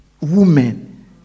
women